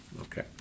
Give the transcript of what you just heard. Okay